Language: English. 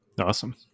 Awesome